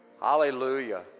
Hallelujah